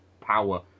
power